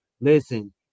listen